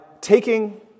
taking